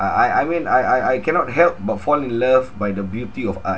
I I I mean I I I cannot help but fall in love by the beauty of art